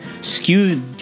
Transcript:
skewed